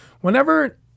whenever